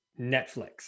Netflix